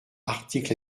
article